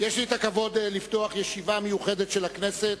יש לי הכבוד לפתוח ישיבה מיוחדת של הכנסת